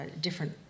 different